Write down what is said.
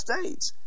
States